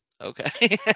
Okay